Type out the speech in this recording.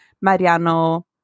Mariano